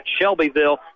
Shelbyville